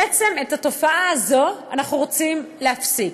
בעצם, את התופעה הזו אנחנו רוצים להפסיק.